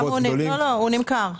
לא, לא, הוא נמכר.